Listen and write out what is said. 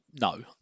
no